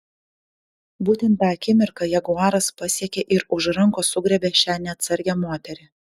būtent tą akimirką jaguaras pasiekė ir už rankos sugriebė šią neatsargią moterį